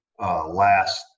last